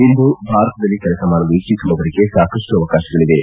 ಇಂದು ಭಾರತದಲ್ಲಿ ಕೆಲಸ ಮಾಡಲು ಇಭ್ಗಸುವವರಿಗೆ ಸಾಕಷ್ಟು ಅವಕಾಶಗಳಿವೆ